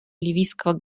ливийского